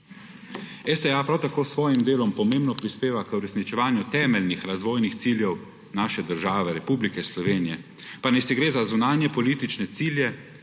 STA prav tako s svojim delom pomembno prispeva k uresničevanju temeljnih razvojnih ciljev naše države, Republike Slovenije, pa naj si gre za zunanjepolitične cilje